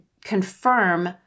confirm